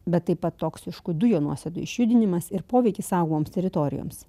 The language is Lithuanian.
bet taip pat toksiškų dujų nuosėdų išjudinimas ir poveikis saugomoms teritorijoms